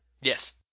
Yes